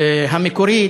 המקורית,